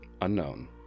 Unknown